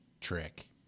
trick